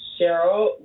Cheryl